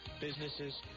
businesses